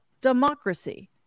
democracy